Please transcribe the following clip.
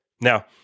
Now-